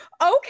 Okay